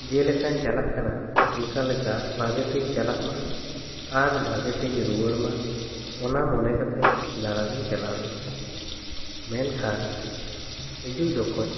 ᱡᱮ ᱞᱮᱠᱟᱧ ᱪᱟᱞᱟᱜ ᱠᱟᱱᱟ ᱚᱱᱠᱟ ᱞᱮᱠᱟ ᱵᱷᱟᱜᱮ ᱛᱤᱧ ᱪᱟᱞᱟᱜ ᱢᱟ ᱟᱨ ᱵᱷᱟᱜᱮ ᱛᱤᱧ ᱨᱩᱣᱟᱹᱲ ᱢᱟ ᱚᱱᱟ ᱢᱚᱱᱮ ᱠᱟᱛᱮᱜ ᱫᱟᱬᱟᱱ ᱤᱧ ᱪᱟᱞᱟᱣ ᱞᱮᱱᱟ ᱢᱮᱱᱠᱷᱟᱱ ᱦᱤᱡᱩᱜ ᱡᱚᱠᱷᱚᱡ